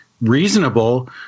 reasonable